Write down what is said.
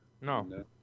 no